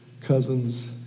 cousins